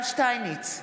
שטייניץ,